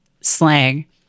slang